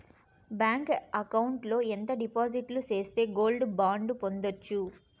Bank account లో ఎంత డిపాజిట్లు సేస్తే గోల్డ్ బాండు పొందొచ్చు?